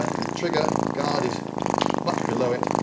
the trigger guard is much below it.